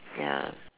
ya